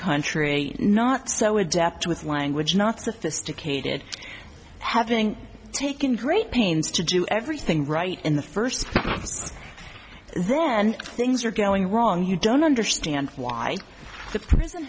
country not so adept with language not sophisticated having taken great pains to do everything right in the first place then things are going wrong you don't understand why the prison